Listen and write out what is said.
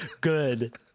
good